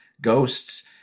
ghosts